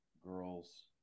girls